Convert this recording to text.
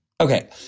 Okay